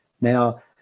Now